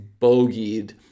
bogeyed